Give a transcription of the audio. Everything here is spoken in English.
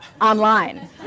online